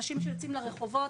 אנשים שיוצאים לרחובות,